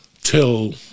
till